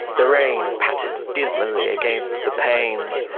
the rain pattered dismally against the panes,